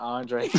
Andre